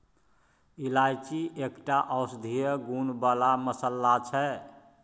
इलायची एकटा औषधीय गुण बला मसल्ला छै